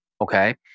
okay